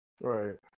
Right